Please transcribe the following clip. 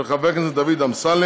של חבר הכנסת דוד אמסלם,